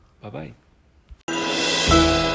Bye-bye